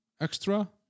extra